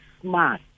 smart